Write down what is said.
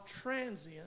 transient